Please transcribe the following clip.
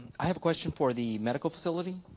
i have a question for the medical facility